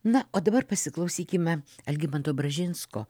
na o dabar pasiklausykime algimanto bražinsko